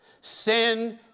sin